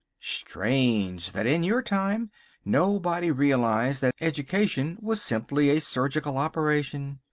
strange that in your time nobody realised that education was simply a surgical operation.